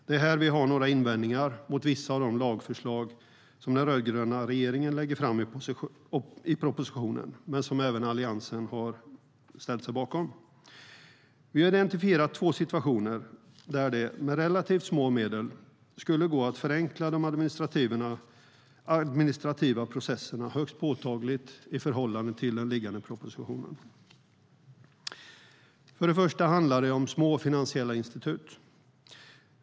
Det är här vi har några invändningar mot vissa av de lagförslag som den rödgröna regeringen lägger fram i propositionen men som även Alliansen har ställt sig bakom. Vi har identifierat två situationer där det med relativt små medel skulle gå att förenkla de administrativa processerna högst påtagligt i förhållande till den liggande propositionen. Den första handlar om små finansiella institut.